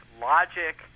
logic